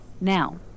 Now